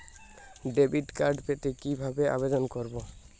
Debit card পেতে কি ভাবে আবেদন করব?